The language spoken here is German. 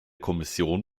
kommission